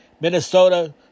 Minnesota